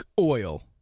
oil